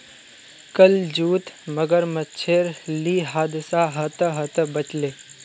कल जूत मगरमच्छेर ली हादसा ह त ह त बच ले